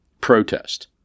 protest